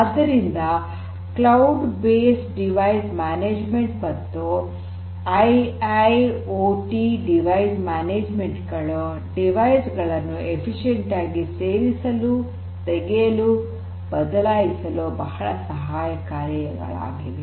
ಆದ್ದರಿಂದ cloud based device management ಮತ್ತು I IoT device management ಗಳು ಸಾಧನಗಳನ್ನು ದಕ್ಷವಾಗಿ ಸೇರಿಸಲು ತೆಗೆಯಲು ಬದಲಾಯಿಸಲು ಬಹಳ ಸಹಾಯಕಾರಿಯಾಗಿವೆ